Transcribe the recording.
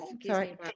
sorry